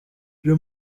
real